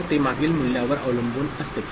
तर ते मागील मूल्यावर अवलंबून असते